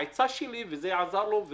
העצה שלו, וזה עזר לו,